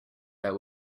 that